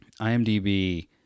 IMDb